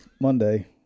Monday